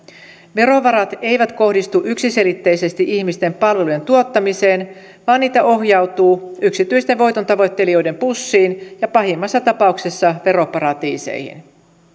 verovarat eivät kohdistu yksiselitteisesti ihmisten palvelujen tuottamiseen vaan niitä ohjautuu yksityisten voitontavoittelijoiden pussiin ja pahimmassa tapauksessa veroparatiiseihin